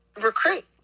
recruit